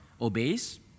obeys